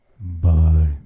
Bye